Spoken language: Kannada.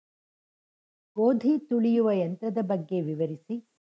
ಗೋಧಿ ತುಳಿಯುವ ಯಂತ್ರದ ಬಗ್ಗೆ ವಿವರಿಸಿ?